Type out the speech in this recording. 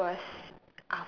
this was